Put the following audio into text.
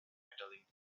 medaling